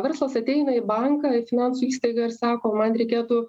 verslas ateina į banką ir finansų įstaigą ir sako man reikėtų